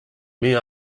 mais